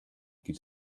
could